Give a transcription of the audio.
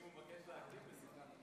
אם הוא מבקש להקדים, בשמחה.